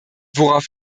worauf